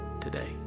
today